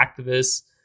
activists